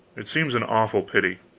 it seems an awful pity.